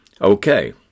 Okay